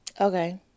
Okay